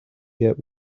get